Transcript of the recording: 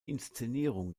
inszenierung